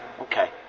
okay